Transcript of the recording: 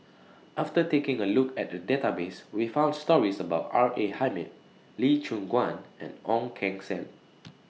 after taking A Look At The Database We found stories about R A Hamid Lee Choon Guan and Ong Keng Sen